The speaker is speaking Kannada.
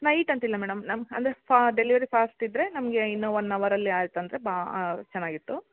ನೈಟ್ ಅಂತಿಲ್ಲ ಮೇಡಮ್ ನಮ್ಮ ಅಂದರೆ ಫಾ ಡೆಲಿವರಿ ಫಾಸ್ಟ್ ಇದ್ದರೆ ನಮಗೆ ಇನ್ನೂ ಒನ್ ಅವರಲ್ಲಿ ಆಯ್ತು ಅಂದರೆ ಬಾ ಚೆನ್ನಾಗಿತ್ತು